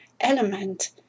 element